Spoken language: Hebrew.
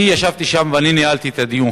אני ישבתי שם, ואני ניהלתי את הדיון.